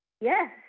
Yes